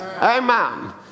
amen